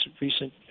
recent